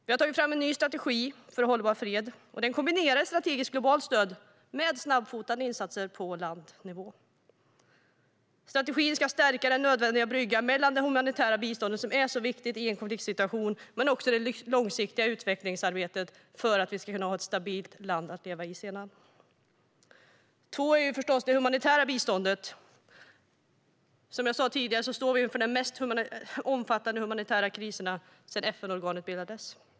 Vi har tagit fram en ny strategi för hållbar fred som kombinerar strategiskt globalt stöd med snabbfotade insatser på landnivå. Strategin ska stärka den nödvändiga bryggan mellan det humanitära biståndet, som är så viktigt i en konfliktsituation, och det långsiktiga utvecklingsarbetet för att få ett stabilt land att leva i framöver. Den andra punkten gäller det humanitära biståndet. Som jag sa tidigare står vi inför de mest omfattande humanitära kriserna sedan FN bildades.